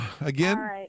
again